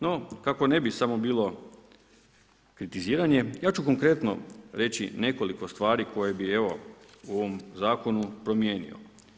No, kako ne bi samo bilo kritiziranje, ja ću konkretno reći nekoliko stvari koje bi evo, u ovom Zakonu promijenio.